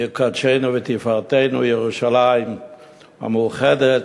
עיר קודשנו ותפארתנו, המאוחדת,